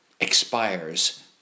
expires